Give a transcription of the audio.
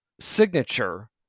signature